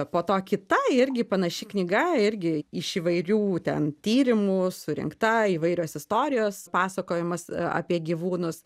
po to kita irgi panaši knyga irgi iš įvairių ten tyrimų surinkta įvairios istorijos pasakojimas apie gyvūnus